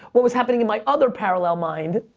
what was happening in my other parallel mind,